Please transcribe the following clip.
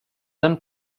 lyn